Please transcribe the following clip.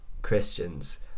christians